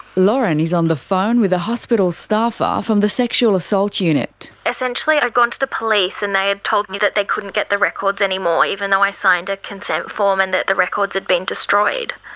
lauren is on the phone with a hospital staffer from the sexual assault unit. essentially i had gone to the police and they had told me that they couldn't get the records anymore, even though i signed a consent form, and that the records had been destroyed.